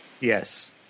Yes